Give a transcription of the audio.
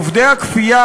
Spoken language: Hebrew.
עובדי הכפייה,